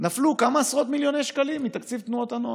נפלו כמה עשרות מיליוני שקלים מתקציב תנועות הנוער.